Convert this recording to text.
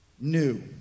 new